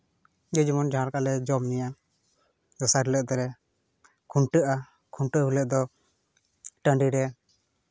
ᱡᱮ ᱡᱮᱢᱚᱱ ᱡᱟᱦᱟᱸ ᱞᱮᱠᱟ ᱞᱮ ᱡᱚᱢ ᱧᱩᱭᱟ ᱫᱚᱥᱟᱨ ᱦᱤᱞᱳᱜ ᱫᱚᱞᱮ ᱠᱷᱩᱱᱴᱟᱹᱜᱼᱟ ᱠᱷᱩᱱᱟᱹᱣ ᱦᱤᱞᱚᱜ ᱫᱚ ᱴᱟᱺᱰᱤ ᱨᱮ